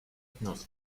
knows